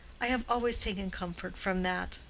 i have always taken comfort from that.